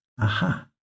Aha